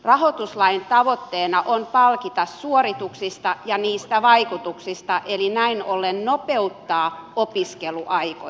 rahoituslain tavoitteena on palkita suorituksista ja niistä vaikutuksista eli näin ollen nopeuttaa opiskeluaikoja